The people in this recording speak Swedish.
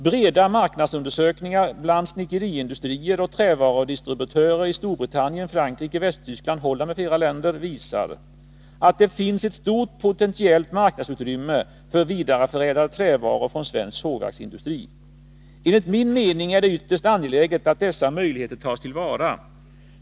Breda marknadsundersökningar bland snickeriindustrier och trävarudistributörer i Storbritannien, Frankrike, Västtyskland, Holland m.fl. länder visar att det finns ett stort potentiellt marknadsutrymme för vidareförädlade trävaror från svensk sågverksindustri. Enligt min mening är det ytterst angeläget att dessa möjligheter tas till vara.